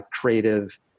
creative